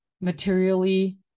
materially